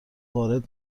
وارد